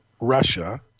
Russia